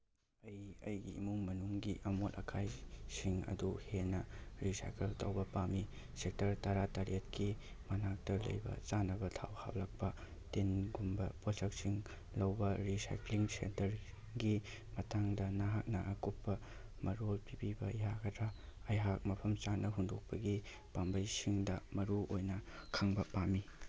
ꯑꯩ ꯑꯩꯒꯤ ꯏꯃꯨꯡ ꯃꯅꯨꯡꯒꯤ ꯑꯃꯣꯠ ꯑꯀꯥꯏꯁꯤꯡ ꯑꯗꯨ ꯍꯦꯟꯅ ꯔꯤꯁꯥꯏꯀꯜ ꯇꯧꯕ ꯄꯥꯝꯃꯤ ꯁꯦꯛꯇꯔ ꯇꯔꯥꯇꯔꯦꯠꯀꯤ ꯃꯅꯥꯛꯇ ꯂꯩꯕ ꯆꯥꯅꯕ ꯊꯥꯎ ꯍꯥꯞꯂꯛꯄ ꯇꯤꯟꯒꯨꯝꯕ ꯄꯣꯠꯁꯛꯁꯤꯡ ꯂꯧꯕ ꯔꯤꯁꯥꯏꯀ꯭ꯂꯤꯡ ꯁꯦꯟꯇꯔꯒꯤ ꯃꯇꯥꯡꯗ ꯅꯍꯥꯛꯅ ꯑꯀꯨꯞꯄ ꯃꯔꯣꯜ ꯄꯤꯕꯤꯕ ꯌꯥꯒꯗ꯭ꯔ ꯑꯩꯍꯥꯛ ꯃꯐꯝ ꯆꯥꯅ ꯍꯨꯟꯗꯣꯛꯄꯒꯤ ꯄꯥꯝꯕꯩꯁꯤꯡꯗ ꯃꯔꯨꯑꯣꯏꯅ ꯈꯪꯕ ꯄꯥꯝꯃꯤ